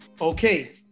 Okay